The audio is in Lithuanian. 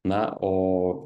na o